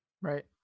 right